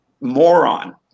moron